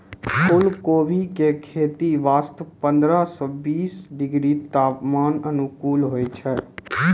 फुलकोबी के खेती वास्तॅ पंद्रह सॅ बीस डिग्री तापमान अनुकूल होय छै